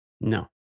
No